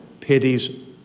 pities